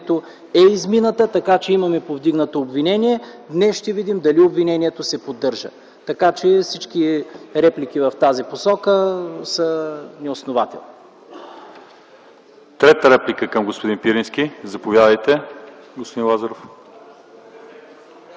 е измината, така че имаме повдигнато обвинение. Днес ще видим дали обвинението се поддържа. Така че всички реплики в тази посока са неоснователни. ПРЕДСЕДАТЕЛ ЛЪЧЕЗАР ИВАНОВ: За трета реплика към господин Пирински – заповядайте, господин Лазаров.